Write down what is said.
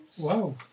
wow